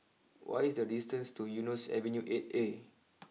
what is the distance to Eunos Avenue eight A